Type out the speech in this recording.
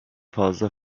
fazla